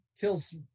Kills